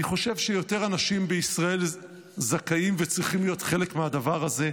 אני חושב שיותר אנשים בישראל זכאים וצריכים להיות חלק מהדבר הזה.